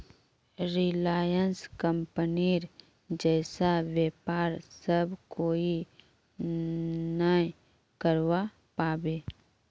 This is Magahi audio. रिलायंस कंपनीर जैसा व्यापार सब कोई नइ करवा पाबे